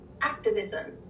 activism